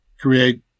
create